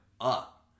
up